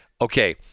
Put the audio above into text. Okay